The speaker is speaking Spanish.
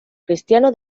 cristiano